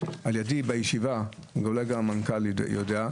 אולי גם המנכ"ל יודע.